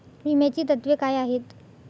विम्याची तत्वे काय आहेत?